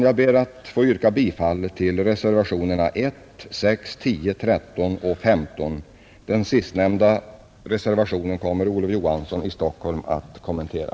Jag ber att få yrka bifall till reservationerna 1, 6, 10, 13 och 15. Sistnämnda reservation kommer herr Olof Johansson i Stockholm att kommentera.